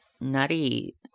Nutty